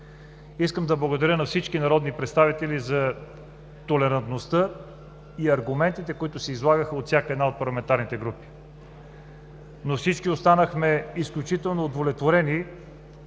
Искам да благодаря на всички народни представители за толерантността и аргументите, които се излагаха от всяка една от парламентарните групи. Всички останахме изключително удовлетворени